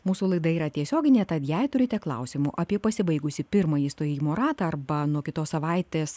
mūsų laida yra tiesioginė tad jei turite klausimų apie pasibaigusį pirmąjį stojimo ratą arba nuo kitos savaitės